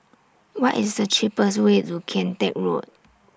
What IS The cheapest Way to Kian Teck Road